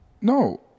No